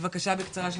בבקשה בקצרה.